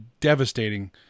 devastating